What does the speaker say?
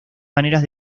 maneras